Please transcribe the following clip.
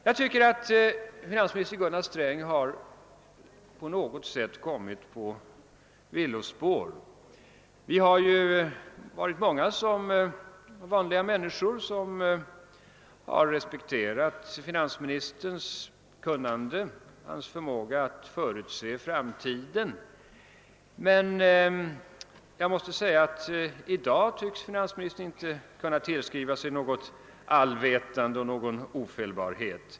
Jag tycker att finansminister Gunnar Sträng på något sätt har kommit på villospår. Vi har ju varit många vanliga människor som har respekterat finansministerns kunnande och hans förmåga att förutse framtiden, men i dag tycks han inte kunna tillskriva sig något allvetande och någon ofelbarhet.